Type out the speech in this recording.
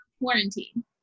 quarantine